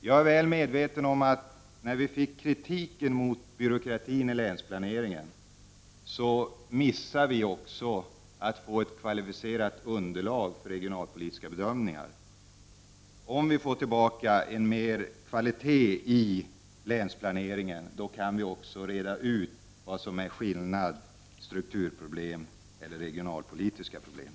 Jag är väl medveten om att vi, i samband med kritiken mot byråkratin i länsplaneringen, missade att ta fram ett kvalificerat underlag för regionalpolitiska bedömningar. Med mer kvalitet i länsplaneringen kan vi också reda ut vad som är skillnaden mellan strukturproblem och regionalpolitiska problem.